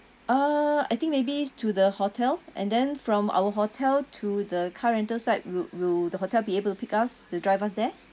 uh I think maybe to the hotel and then from our hotel to the car rental side will will the hotel be able to pick us to drive us there